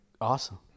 awesome